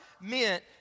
meant